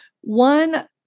one